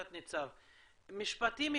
תת ניצב, משפטים קצרים,